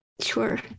Sure